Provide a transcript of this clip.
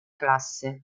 classe